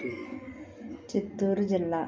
చిత్తూరు జిల్లా